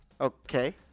Okay